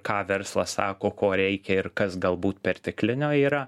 ką verslas sako ko reikia ir kas galbūt perteklinio yra